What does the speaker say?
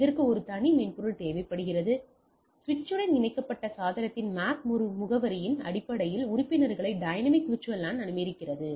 இதற்கு ஒரு தனி மென்பொருள் தேவைப்படுகிறது சுவிட்சுடன் இணைக்கப்பட்ட சாதனத்தின் MAC முகவரியின் அடிப்படையில் உறுப்பினர்களை டைனமிக் VLAN அனுமதிக்கிறது